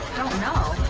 don't know?